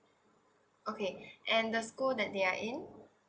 okay and the school that they are in